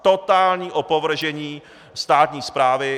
Totální opovržení státní správy.